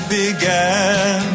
began